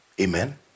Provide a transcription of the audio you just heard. Amen